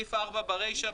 סעיף (4) ברישה,